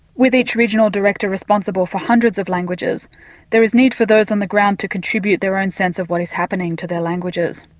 with each regional director responsible for hundreds of languages there is need for those on the ground to contribute their own sense of what is happening to their languages.